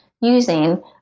using